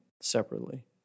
separately